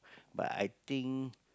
but I think